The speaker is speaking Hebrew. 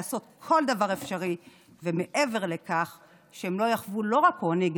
לעשות כל דבר אפשרי ומעבר לכך כדי שהם לא יחוו לא רק עוני,